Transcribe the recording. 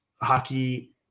hockey –